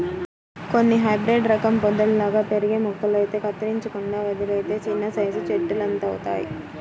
కొన్ని హైబ్రేడు రకం పొదల్లాగా పెరిగే మొక్కలైతే కత్తిరించకుండా వదిలేత్తే చిన్నసైజు చెట్టులంతవుతయ్